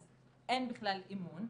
אז אין בכלל אמון.